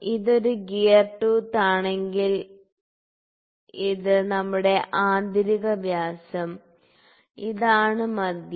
ഇതൊരു gear tooth ആണെങ്കിൽ ഇത് നമ്മുടെ ആന്തരിക വ്യാസം ഇതാണ് മധ്യം